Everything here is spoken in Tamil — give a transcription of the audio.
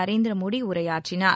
நரேந்திர மோடி உரையாற்றினார்